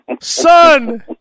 Son